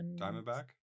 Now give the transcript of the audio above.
Diamondback